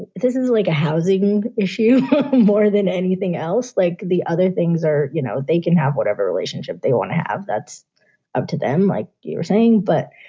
this is like a housing issue more than anything else. like the other things are, you know, they can have whatever relationship they want to have. that's up to them, like you're saying. but,